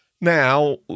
Now